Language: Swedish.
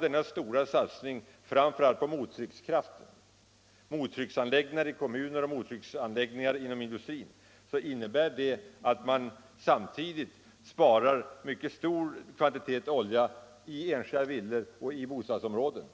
Den stora satsning på framför allt mottrycksanläggningar i kommuner och inom industrin, som vi vill ha, innebär att man samtidigt sparar en mycket stor kvantitet olja i enskilda villor och i bostadsområden.